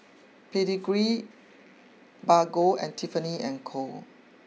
Pedigree Bargo and Tiffany and Co